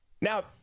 now